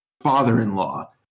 father-in-law